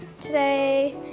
today